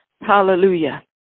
hallelujah